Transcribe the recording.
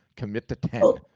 commit the ten.